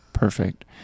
Perfect